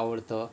आवडतं